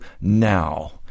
now